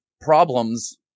problems